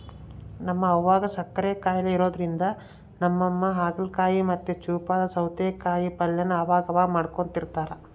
ನಮ್ ಅವ್ವುಗ್ ಸಕ್ಕರೆ ಖಾಯಿಲೆ ಇರೋದ್ರಿಂದ ನಮ್ಮಮ್ಮ ಹಾಗಲಕಾಯಿ ಮತ್ತೆ ಚೂಪಾದ ಸ್ವಾರೆಕಾಯಿ ಪಲ್ಯನ ಅವಗವಾಗ ಮಾಡ್ಕೊಡ್ತಿರ್ತಾರ